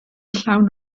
llawn